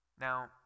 Now